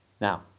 Now